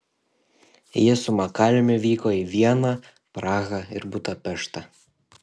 ji su makaliumi vyko į vieną prahą ir budapeštą